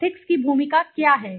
ethics की भूमिका क्या है